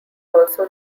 also